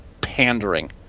pandering